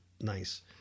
Nice